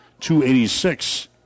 286